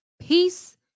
peace